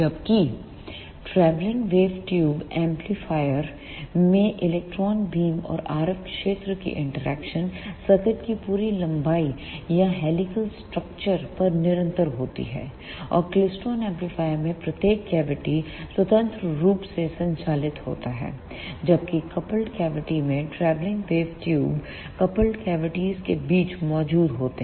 जबकि travelling wave tube amplifier में electron beam और RF क्षेत्र की इंटरेक्शन सर्किट की पूरी लंबाई या हेलीकल स्ट्रक्चर पर निरंतर होती है और क्लेस्ट्रॉन एम्पलीफायरों में प्रत्येक कैविटी स्वतंत्र रूप से संचालित होता है जबकि कपल्ड कैविटी में travelling wave tube coupled cavities के बीच मौजूद होते हैं